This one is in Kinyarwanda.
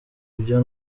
ibyo